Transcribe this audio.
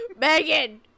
Megan